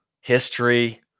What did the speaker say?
history